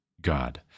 God